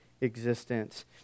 existence